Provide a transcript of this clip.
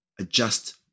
adjust